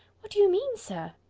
what do you mean, sir?